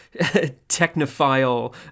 technophile